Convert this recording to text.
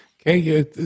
Okay